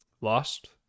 lost